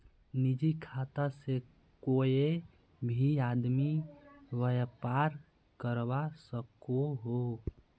निजी खाता से कोए भी आदमी व्यापार करवा सकोहो